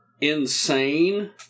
insane